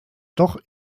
doch